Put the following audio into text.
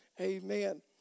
Amen